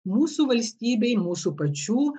mūsų valstybei mūsų pačių